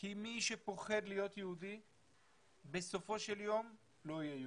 כי מי שפוחד להיות יהודי בסופו של יום לא יהיה יהודי.